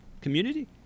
community